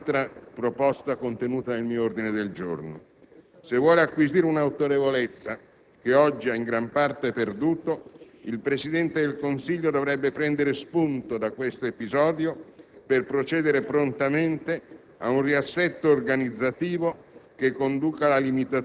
Ma forse solamente questo non basterebbe, come indico con l'altra proposta contenuta nel mio ordine del giorno. Se vuole acquisire un'autorevolezza che oggi ha in gran parte perduto, il Presidente del Consiglio dovrebbe prendere spunto dall'episodio